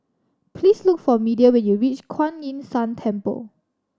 please look for Media when you reach Kuan Yin San Temple